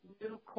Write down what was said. new